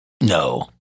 No